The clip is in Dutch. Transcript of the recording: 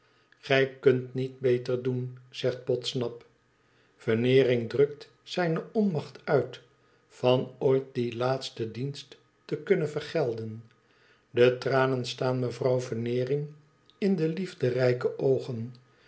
gij kunt niet beter doen zegt podsnap veneering drukte zijne onmacht uit van ooit dien laatsten dienst te kunnen vergelden de tranen staan mevrouw veneering in de liefderijke oogen